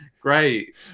Great